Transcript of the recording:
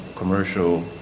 commercial